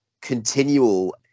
continual